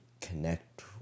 connect